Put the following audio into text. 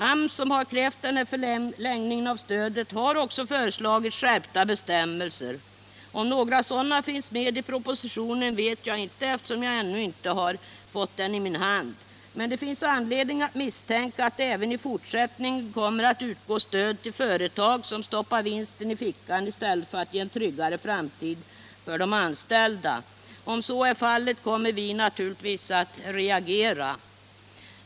AMS, som krävt en förlängning av stödet, har också föreslagit skärpta bestämmelser. Om några sådana finns med i propositionen vet jag inte, eftersom jag ännu inte fått den i min hand. Men det finns anledning att misstänka att det även i fortsättningen kommer att utgå stöd till företag som stoppar vinsten i fickan i stället för att ge de anställda en tryggare framtid. Om så är fallet kommer vi naturligtvis att reagera.